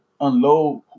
unload